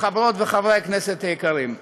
חברות וחברי הכנסת יקרים,